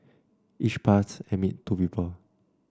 each pass admit two people